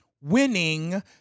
Winning